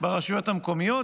ברשויות המקומיות,